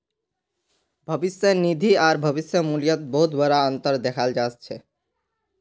भविष्य निधि आर भविष्य मूल्यत बहुत बडा अनतर दखाल जा छ